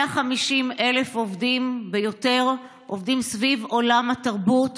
150,000 עובדים ויותר עובדים סביב עולם התרבות